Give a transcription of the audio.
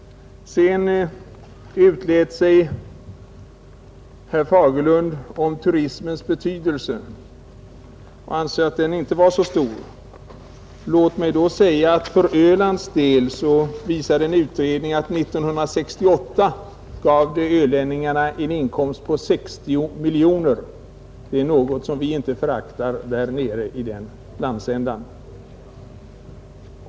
Sedan utlät sig herr Fagerlund om turismens betydelse och ansåg att den inte var så stor. Låt mig då nämna att en utredning för Ölands del visar att turismen år 1968 gav ölänningarna en inkomst på 60 miljoner. Detta är något som vi inte föraktar nere i den landsändan.